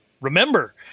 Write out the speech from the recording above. remember